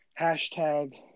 hashtag